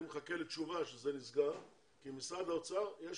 אני מחכה לתשובה שזה נסגר כי במשרד האוצר יש